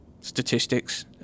statistics